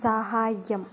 सहाय्यम्